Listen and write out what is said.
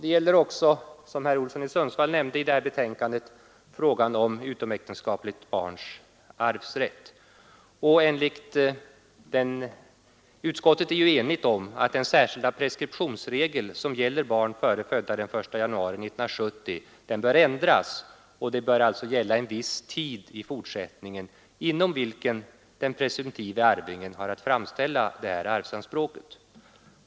Utskottsbetänkandet gäller också frågan om utomäktenskapligt barns arvsrätt. Den frågan har herr Olsson i Sundsvall berört. Utskottet är enigt om att den särskilda preskriptionsregeln som gäller barn födda före den 1 januari 1970 bör ändras så att den presumtive arvingen inom viss tid kan framställa arvsanspråk.